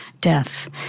death